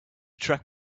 track